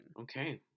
Okay